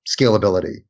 scalability